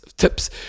Tips